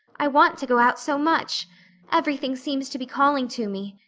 i want to go out so much everything seems to be calling to me,